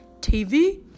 TV